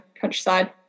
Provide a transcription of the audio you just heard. countryside